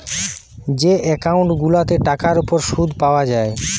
যে একউন্ট গুলাতে টাকার উপর শুদ পায়া যায়